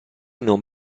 non